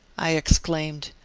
i exclaimed,